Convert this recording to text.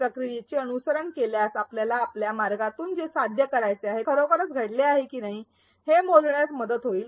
प्रक्रियेचे अनुसरण केल्यास आपल्याला आपल्या मार्गातून जे साध्य करायचे होते ते खरोखर घडले आहे की नाही हे मोजण्यास मदत करेल